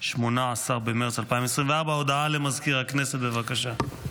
18 במרץ 2024. הודעה למזכיר הכנסת, בבקשה.